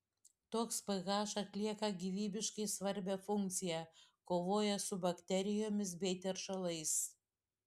toks ph atlieka gyvybiškai svarbią funkciją kovoja su bakterijomis bei teršalais